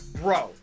Bro